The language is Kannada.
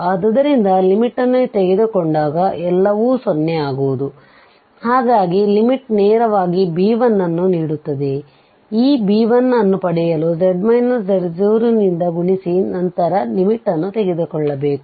ಆದ್ದರಿಂದ ಲಿಮಿಟ್ ನ್ನು ತೆಗೆದುಕೊಂಡಾಗ ಎಲ್ಲವೂ 0 ಆಗುವುದು ಹಾಗಾಗಿ ಲಿಮಿಟ್ ನೇರವಾಗಿ b1 ಅನ್ನು ನೀಡುತ್ತದೆ ಈ b1 ಅನ್ನು ಪಡೆಯಲು z z0 ನಿಂದ ಗುಣಿಸಿ ಮತ್ತು ನಂತರ ಲಿಮಿಟ್ ನ್ನು ತೆಗೆದುಕೊಳ್ಳಬೇಕು